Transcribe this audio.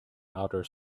outer